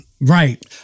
Right